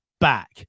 back